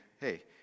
hey